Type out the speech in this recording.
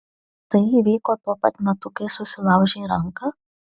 tai įvyko tuo pat metu kai susilaužei ranką